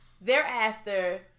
Thereafter